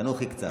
תנוחי קצת.